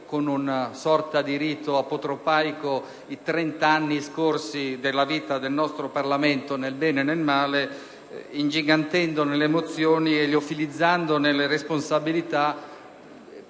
con una sorta di rito apotropaico i 30 anni scorsi della vita del nostro Parlamento, nel bene e nel male, ingigantendone le emozioni e liofilizzandone le responsabilità.